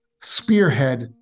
spearhead